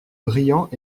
brillants